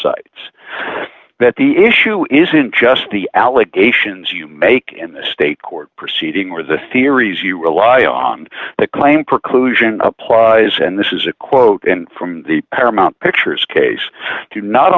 cites that the issue isn't just the allegations you make in the state court proceeding where the theories you rely on the claim preclusion applies and this is a quote from the paramount pictures case to not